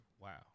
wow